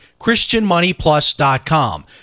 christianmoneyplus.com